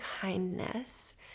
kindness